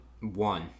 one